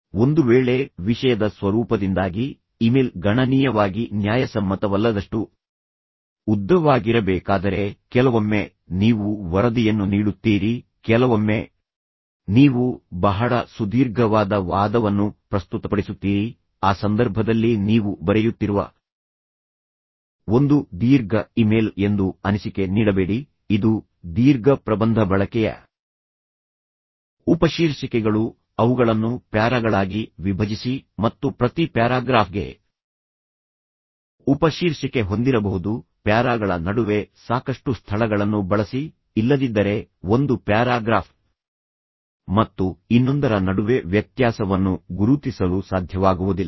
ಒಂದು ವೇಳೆ ವಿಷಯದ ಸ್ವರೂಪದಿಂದಾಗಿ ಇಮೇಲ್ ಗಣನೀಯವಾಗಿ ನ್ಯಾಯಸಮ್ಮತವಲ್ಲದಷ್ಟು ಉದ್ದವಾಗಿರಬೇಕಾದರೆ ಕೆಲವೊಮ್ಮೆ ನೀವು ವರದಿಯನ್ನು ನೀಡುತ್ತೀರಿ ಕೆಲವೊಮ್ಮೆ ನೀವು ಬಹಳ ಸುದೀರ್ಘವಾದ ವಾದವನ್ನು ಪ್ರಸ್ತುತಪಡಿಸುತ್ತೀರಿ ಆ ಸಂದರ್ಭದಲ್ಲಿ ನೀವು ಬರೆಯುತ್ತಿರುವ ಒಂದು ದೀರ್ಘ ಇಮೇಲ್ ಎಂದು ಅನಿಸಿಕೆ ನೀಡಬೇಡಿ ಇದು ದೀರ್ಘ ಪ್ರಬಂಧ ಬಳಕೆಯ ಉಪಶೀರ್ಷಿಕೆಗಳು ಅವುಗಳನ್ನು ಪ್ಯಾರಾಗಳಾಗಿ ವಿಭಜಿಸಿ ಮತ್ತು ಪ್ರತಿ ಪ್ಯಾರಾಗ್ರಾಫ್ಗೆ ಉಪಶೀರ್ಷಿಕೆ ಹೊಂದಿರಬಹುದು ಪ್ಯಾರಾಗಳ ನಡುವೆ ಸಾಕಷ್ಟು ಸ್ಥಳಗಳನ್ನು ಬಳಸಿ ಇಲ್ಲದಿದ್ದರೆ ಒಂದು ಪ್ಯಾರಾಗ್ರಾಫ್ ಮತ್ತು ಇನ್ನೊಂದರ ನಡುವೆ ವ್ಯತ್ಯಾಸವನ್ನು ಗುರುತಿಸಲು ಸಾಧ್ಯವಾಗುವುದಿಲ್ಲ